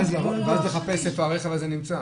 ואז לחפש איפה הרכב הזה נמצא.